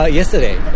yesterday